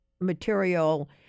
material